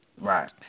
Right